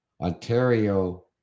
Ontario